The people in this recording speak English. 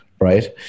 right